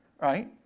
Right